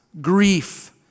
grief